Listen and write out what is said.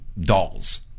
dolls